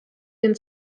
den